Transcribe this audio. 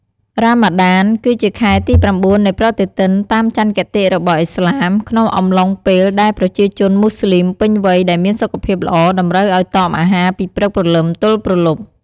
រ៉ាម៉ាដាន គឺជាខែទីប្រាំបួននៃប្រតិទិនតាមច័ន្ទគតិរបស់ឥស្លាម ក្នុងអំឡុងពេលដែលប្រជាជនម៉ូស្លីមពេញវ័យដែលមានសុខភាពល្អ តម្រូវឱ្យតមអាហារពីព្រឹកព្រលឹមទល់ព្រលប់។